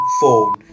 phone